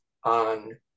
on